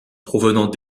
provenant